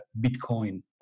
Bitcoin